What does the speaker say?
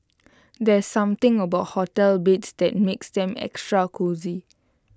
there's something about hotel beds that makes them extra cosy